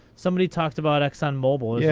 somebody talked about exxon mobile. yeah